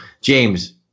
James